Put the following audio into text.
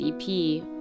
EP